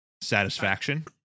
satisfaction